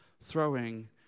throwing